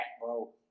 bro